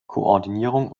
koordinierung